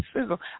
sizzle